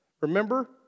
Remember